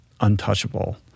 untouchable